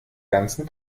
ganzen